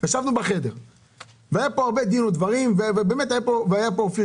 ישבנו בחדר והיה פה הרבה דין ודברים והיה פה אופיר